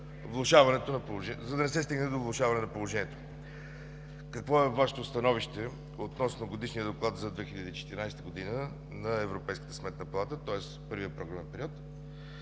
за да не се стигне до влошаване на положението. Какво е Вашето становище относно Годишния доклад за 2014 г. на Европейската сметна палата, тоест първия програмен период?